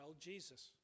Jesus